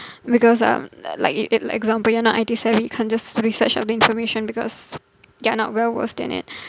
because um like it like example you're not I_T savvy you can't just research up the information because you are not well-versed in it